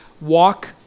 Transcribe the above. walk